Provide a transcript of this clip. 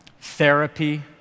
therapy